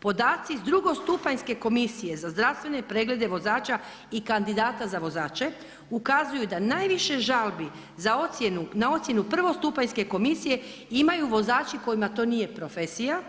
Podaci iz drugostupanjske komisije za zdravstvene preglede za vozača i kandidata za vozače, ukazuju da najviše žalbi za ocjenu, na ocjenu prvostupanjske komisije imaju vozači kojima to nije profesija,